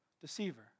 deceiver